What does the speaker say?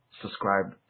subscribe